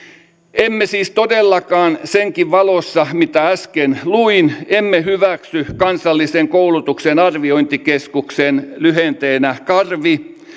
emme siis todellakaan senkään valossa mitä äsken luin hyväksy kansallisen koulutuksen arviointikeskuksen lyhenteenä karvi